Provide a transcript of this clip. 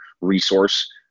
resource